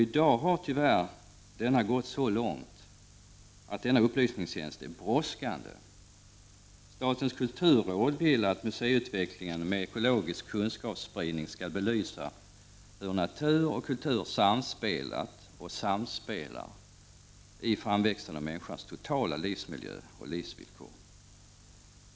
I dag har denna tyvärr gått så långt att denna upplysningstjänst är brådskande. Statens kulturråd vill att museiutvecklingen med ekologisk kunskapsspridning skall belysa hur natur och kultur samspelat och samspelar i framväxten av människans totala livsmiljö och livsvillkor.